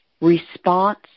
response